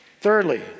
Thirdly